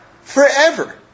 Forever